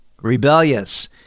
Rebellious